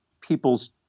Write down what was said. people's